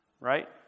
right